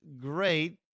great